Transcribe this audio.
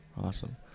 awesome